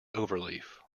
overleaf